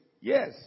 Yes